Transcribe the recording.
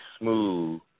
smooth